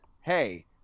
hey